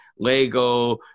Lego